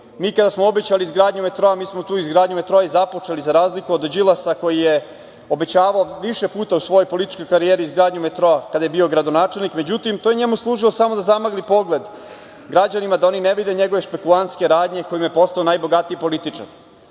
Mi kada smo obećali izgradnju metroa mi smo tu izgradnju metroa započeli, za razliku od Đilasa koji je obećavao više puta u svojoj političkoj karijeri metroa, kada je bio gradonačelnik. Međutim, to je njemu služilo samo da zamagli pogled građanima da oni ne vide njegove špekulantske radnje kojima je postao najbogatiji političar. Ne